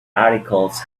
articles